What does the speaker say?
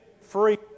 free